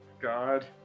God